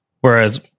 Whereas